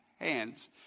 hands